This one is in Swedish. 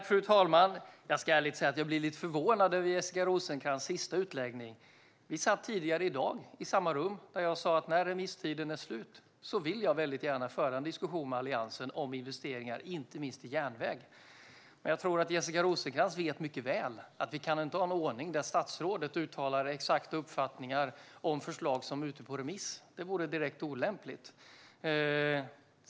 Fru talman! Jag ska ärligt säga att jag blir lite förvånad över Jessica Rosencrantz sista utläggning. När vi satt i samma rum tidigare i dag sa jag att jag när remisstiden är slut väldigt gärna vill föra en diskussion med Alliansen om investeringar, inte minst i järnväg. Men jag tror att Jessica Rosencrantz mycket väl vet att vi inte kan ha en ordning där statsrådet uttalar exakta uppfattningar om förslag som är ute på remiss. Det vore direkt olämpligt.